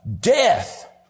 death